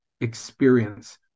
experience